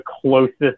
closest